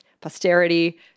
posterity